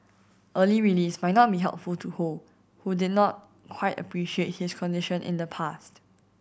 early release might not be helpful to Ho who did not quite appreciate his condition in the past